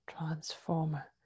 transformer